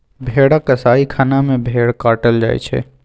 भेड़ा कसाइ खना में भेड़ काटल जाइ छइ